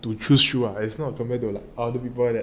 to choose shoes ah as not compared to like other people that